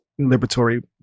liberatory